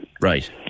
Right